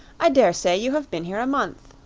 i daresay you have been here a month.